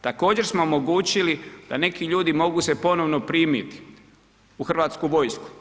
Također smo omogućili da neki ljudi mogu se ponovno primiti u Hrvatsku vojsku.